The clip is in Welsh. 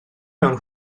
mewn